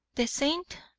the saint,